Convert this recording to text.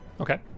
Okay